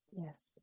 yes